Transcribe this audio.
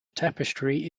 tapestry